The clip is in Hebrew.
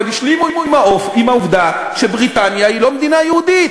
אבל השלימו עם העובדה שבריטניה היא לא מדינה יהודית,